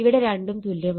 ഇവിടെ രണ്ടും തുല്യമാണ്